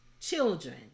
Children